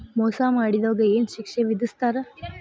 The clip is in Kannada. ಮೋಸಾ ಮಾಡಿದವ್ಗ ಏನ್ ಶಿಕ್ಷೆ ವಿಧಸ್ತಾರ?